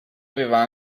aveva